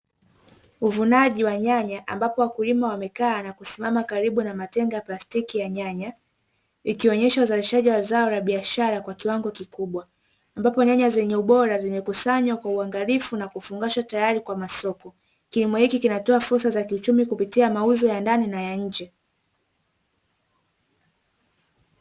Uvunaji wa nyanya ambapo wakulima wamekaa na kusimama karibu na matenga ya plastiki ya nyanya, ikionyesha uzalishaji wa zao la kibiashara kwa kiwango kikubwa ambapo nyanya zenye ubora zimekusanywa kwa uangalifu na kufungashwa tayari masoko. Kilimo hiki kinatoa fursa za uchumi kupitia mauzo ya ndani na ya nje.